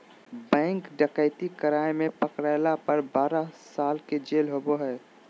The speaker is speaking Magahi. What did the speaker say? बैंक डकैती कराय में पकरायला पर बारह साल के जेल होबा हइ